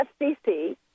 FCC